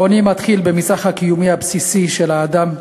העוני מתחיל במצרך הקיומי הבסיסי של האדם,